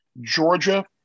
Georgia